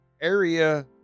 area